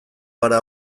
gara